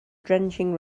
drenching